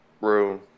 room